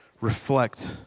reflect